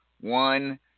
one